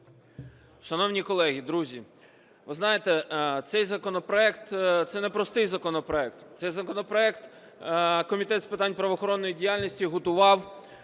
Шановні колеги, друзі, ви знаєте, цей законопроект – це непростий законопроект, цей законопроект Комітет з питань правоохоронної діяльності готував